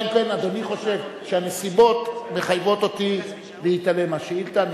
אלא אם כן אדוני חושב שהנסיבות מחייבות אותי להתעלם מהשאילתא.